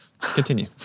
Continue